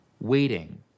waiting